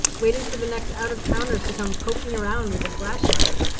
waiting for the next out of towners to come poking around with a flashlight.